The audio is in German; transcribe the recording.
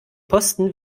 posten